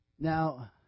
Now